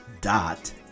dot